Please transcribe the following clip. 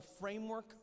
framework